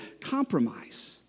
compromise